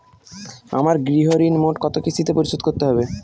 আমার গৃহঋণ মোট কত কিস্তিতে পরিশোধ করতে হবে?